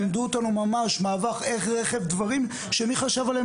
לימדו אותנו ממש דברים שמי חשב עליהם